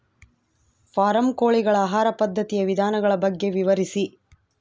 Form ಕೋಳಿಗಳ ಆಹಾರ ಪದ್ಧತಿಯ ವಿಧಾನಗಳ ಬಗ್ಗೆ ವಿವರಿಸಿ?